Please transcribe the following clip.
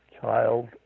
child